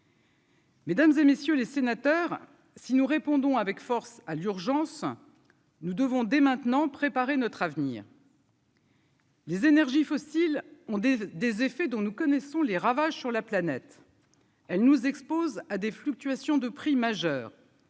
Mesdames et messieurs les sénateurs, si nous répondons avec force à l'urgence, nous devons dès maintenant préparer notre avenir. Les énergies fossiles ont des des effets dont nous connaissons les ravages sur la planète, elle nous expose à des fluctuations de prix majeur.